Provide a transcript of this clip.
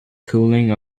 cooling